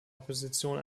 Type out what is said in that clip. opposition